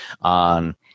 on